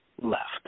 left